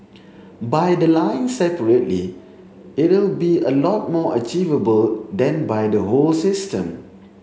by the line separately it'll be a lot more achievable than by the whole system